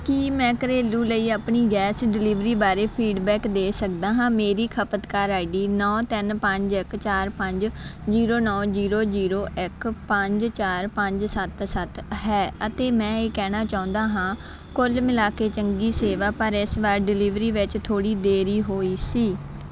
ਕੀ ਮੈਂ ਘਰੇਲੂ ਲਈ ਆਪਣੀ ਗੈਸ ਡਿਲਿਵਰੀ ਬਾਰੇ ਫੀਡਬੈਕ ਦੇ ਸਕਦਾ ਹਾਂ ਮੇਰੀ ਖਪਤਕਾਰ ਆਈਡੀ ਨੌਂ ਤਿੰਨ ਪੰਜ ਇੱਕ ਚਾਰ ਪੰਜ ਜ਼ੀਰੋ ਨੌਂ ਜ਼ੀਰੋ ਜ਼ੀਰੋ ਇੱਕ ਪੰਜ ਚਾਰ ਪੰਜ ਸੱਤ ਸੱਤ ਹੈ ਅਤੇ ਮੈਂ ਇਹ ਕਹਿਣਾ ਚਾਹੁੰਦਾ ਹਾਂ ਕੁੱਲ ਮਿਲਾ ਕੇ ਚੰਗੀ ਸੇਵਾ ਪਰ ਇਸ ਵਾਰ ਡਿਲਿਵਰੀ ਵਿੱਚ ਥੋੜ੍ਹੀ ਦੇਰੀ ਹੋਈ ਸੀ